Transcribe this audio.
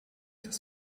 das